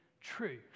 true